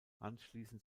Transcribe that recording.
anschließend